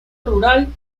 rural